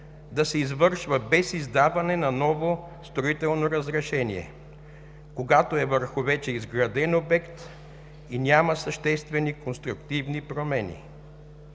да се извършва без издаване на ново строително разрешение, когато е върху вече изграден обект и няма съществени конструктивни промени.